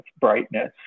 brightness